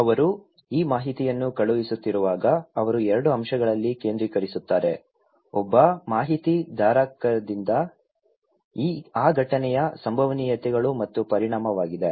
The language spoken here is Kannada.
ಅವರು ಈ ಮಾಹಿತಿಯನ್ನು ಕಳುಹಿಸುತ್ತಿರುವಾಗ ಅವರು 2 ಅಂಶಗಳಲ್ಲಿ ಕೇಂದ್ರೀಕರಿಸುತ್ತಾರೆ ಒಬ್ಬ ಮಾಹಿತಿ ಧಾರಕರಿಂದ ಆ ಘಟನೆಯ ಸಂಭವನೀಯತೆಗಳು ಮತ್ತು ಪರಿಣಾಮವಾಗಿದೆ